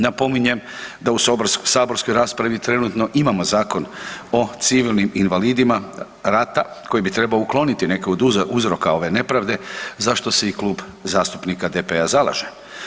Napominje, da u saborskoj raspravi trenutno imamo Zakon o civilnim invalidima rata koji bi trebao ukloniti neke od uzroka ove nepravde za što se i Klub zastupnika DP-a zalaže.